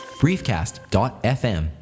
briefcast.fm